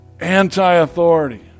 anti-authority